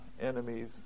enemies